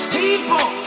people